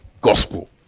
gospel